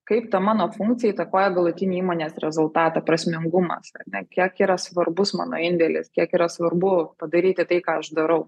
kaip ta mano funkcija įtakoja galutinį įmonės rezultatą prasmingumas ar ne kiek yra svarbus mano indėlis kiek yra svarbu padaryti tai ką aš darau